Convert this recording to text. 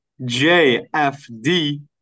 JFD